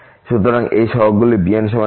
সুতরাং এই সহগগুলি bn 0